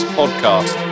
podcast